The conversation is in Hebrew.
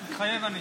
מתחייב אני